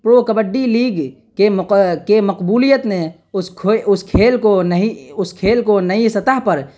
پو کبڈی لیگ کے مقا کے مقبولیت نے اس کھو کھیل کو نہی اس کھیل کو نئی سطح پر